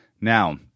Now